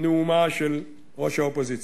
נאומה של ראש האופוזיציה.